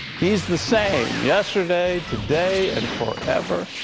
he is the same yesterday, today, and forever.